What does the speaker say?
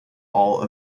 all